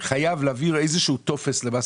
חייב להעביר פעם בשנה איזשהו טופס למס